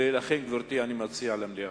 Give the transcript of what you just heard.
ולכן, גברתי, אני מציע, למליאה.